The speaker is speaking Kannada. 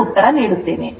ನಾನು ಉತ್ತರ ನೀಡುತ್ತೇನೆ